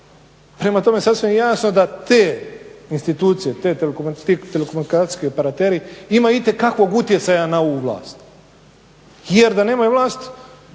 Prema tome sasvim je jasno da te institucije, ti telekomunikacijski operateri imaju itekakvog utjecaja na ovu vlast. Jer da nemaju vlast,